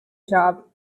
job